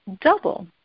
double